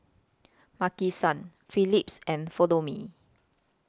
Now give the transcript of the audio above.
Maki San Phillips and Follow Me